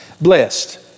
Blessed